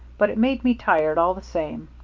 but it made me tired, all the same.